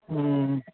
ह्म्म